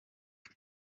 rule